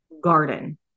garden